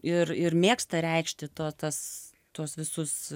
ir ir mėgsta reikšti to tas tuos visus